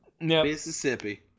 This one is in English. Mississippi